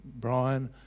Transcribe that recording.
Brian